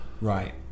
right